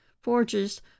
forges